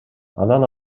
анан